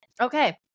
Okay